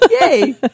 Yay